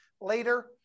later